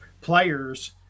players